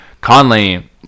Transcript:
conley